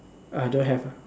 ah don't have lah